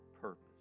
purpose